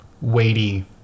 weighty